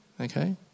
okay